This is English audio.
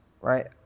right